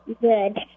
Good